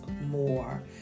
more